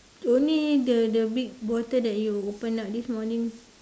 only the the big bottle that you open up this morning